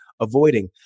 avoiding